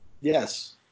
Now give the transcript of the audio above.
Yes